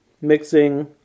mixing